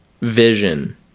vision